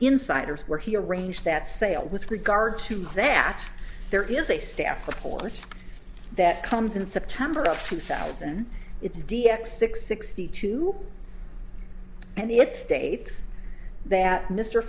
insiders where he arranged that sale with regard to that there is a staff report that comes in september of two thousand it's dx six sixty two and the it states that mr